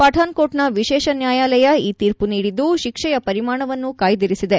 ಪಠಾಣ್ಕೋಟ್ನ ವಿಶೇಷ ನ್ಯಾಯಾಲಯ ಈ ತೀರ್ಮ ನೀಡಿದ್ದು ಶಿಕ್ಷೆಯ ಪರಿಮಾಣವನ್ನು ಕಾಯ್ದಿರಿಸಿದೆ